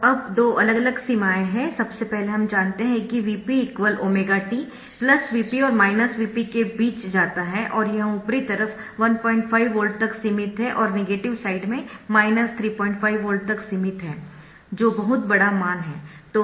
तो अब दो अलग अलग सीमाएँ है सबसे पहले हम जानते है कि Vp ⍵t Vp और Vp के बीच जाता है और यह ऊपरी तरफ 15 वोल्ट तक सीमित है और नेगेटिव साइड में 35 वोल्ट तक सीमित हैजो बहुत बड़ा मान है